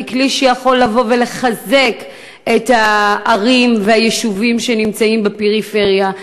ככלי שיכול לבוא ולחזק את הערים והיישובים בפריפריה.